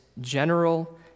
general